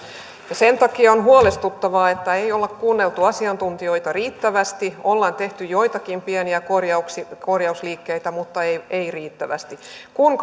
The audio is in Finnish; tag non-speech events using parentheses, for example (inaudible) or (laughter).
sen takia on huolestuttavaa että ei olla kuunneltu riittävästi asiantuntijoita ollaan tehty joitakin pieniä korjausliikkeitä mutta ei riittävästi kun (unintelligible)